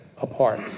apart